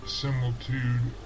similitude